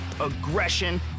aggression